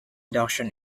reduction